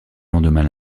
lendemain